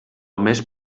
més